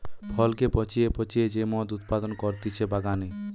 ফলকে পচিয়ে পচিয়ে যে মদ উৎপাদন করতিছে বাগানে